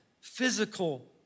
physical